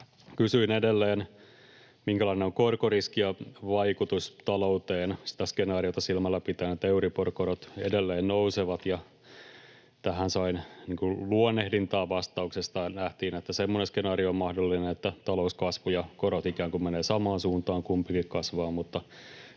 Kysyin edelleen, minkälainen on korkoriski ja vaikutus talouteen sitä skenaariota silmällä pitäen, että euriborkorot edelleen nousevat, ja tähän sain luonnehdintaa vastauksesta: nähtiin, että semmoinen skenaario on mahdollinen, että talouskasvu ja korot ikään kuin menevät samaan suuntaan, kumpikin kasvaa,